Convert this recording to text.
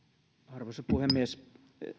arvoisa puhemies